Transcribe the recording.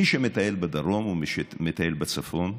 מי שמטייל בדרום ומי שמטייל בצפון,